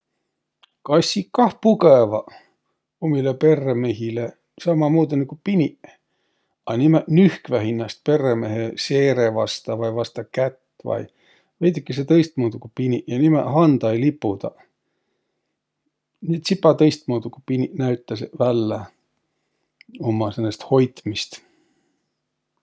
Kassiq kah pugõvaq umilõ perremehile, sammamuudu, nigu piniq, a nimäq nühkväq hinnäst perremehe seere vasta vai vasta kätt vai, veidükese tõistmuudu, ku piniq. Ja nimäq handa ei lipudaq. Nii et tsipa tõistmuudu ku piniq näütäseq vällä umma säänest hoitmist.